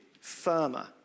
firmer